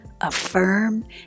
affirm